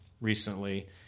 recently